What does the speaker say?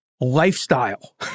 lifestyle